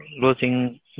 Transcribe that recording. losing